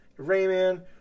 Rayman